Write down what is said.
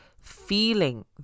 feeling